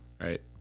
right